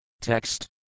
Text